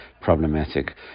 problematic